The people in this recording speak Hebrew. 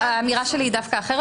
האמירה שלי היא דווקא אחרת.